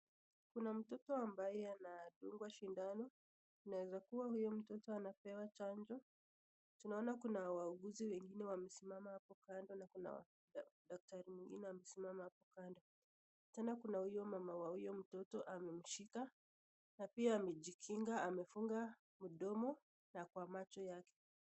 Kuna mtoto ambaye anadungwa sindano. Inaweza kuwa huyu mtoto anapewa chanjo. Tunaona kuna waoguzi wengine wamesimama hapo kando na kuna daktari mwingine amesimama hapo kando. Tena kuna huyo mama wa huyo mtoto amemshika na pia amejikinga amefunga mdomo na kwa macho yake.